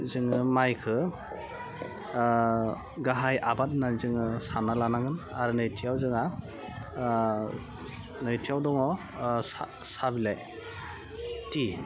नांगोन जेरै जोङो मायखो गाहाइ आबाद होन्नानै जोङो सान्ना लांनांगोन आर नैथियाव जोङा नैथियाव दङ साह बिलाइ टि